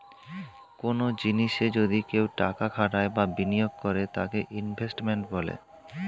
কনো জিনিসে যদি কেউ টাকা খাটায় বা বিনিয়োগ করে তাকে ইনভেস্টমেন্ট বলে